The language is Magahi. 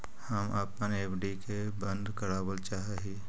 हम अपन एफ.डी के बंद करावल चाह ही